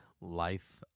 Life